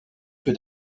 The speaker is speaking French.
que